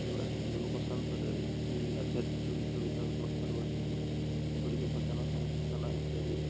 ସେଗୁଡ଼ା ଶୁଣିବାକୁ ପସନ୍ଦ କରେ କିଛି ଆଧ୍ୟାତ୍ମିକ ଗୀତ ଗୀତା ମଧ୍ୟରୁ ଅଛି ଯେପରିକି ଭଜନ ସଂକୀର୍ତ୍ତନ ଇତ୍ୟାଦି